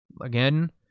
Again